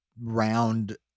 round